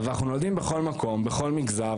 אבל אנחנו נולדים בכל מקום בכל מגזר,